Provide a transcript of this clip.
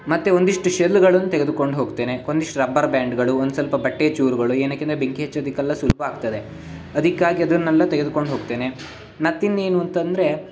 ಮತ್ತು ಒಂದಿಷ್ಟು ಶೆಲ್ಗಳನ್ನು ತೆಗೆದುಕೊಂಡು ಹೋಗ್ತೇನೆ ಕ್ ಒಂದಿಷ್ಟು ರಬ್ಬರ್ ಬ್ಯಾಂಡ್ಗಳು ಒಂದು ಸ್ವಲ್ಪ ಬಟ್ಟೆಯ ಚೂರುಗಳು ಏನಕ್ಕೆ ಅಂದರೆ ಬೆಂಕಿ ಹಚ್ಚೋದಕ್ಕೆಲ್ಲ ಸುಲಭ ಆಗ್ತದೆ ಅದಕ್ಕಾಗಿ ಅದನ್ನೆಲ್ಲ ತೆಗೆದುಕೊಂಡು ಹೋಗ್ತೇನೆ ಮತ್ತಿನ್ನೇನು ಅಂತಂದರೆ